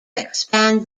expand